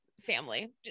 family